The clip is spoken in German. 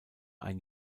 ein